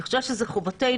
אני חושבת שזו חובתנו,